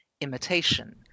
imitation